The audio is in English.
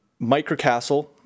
Microcastle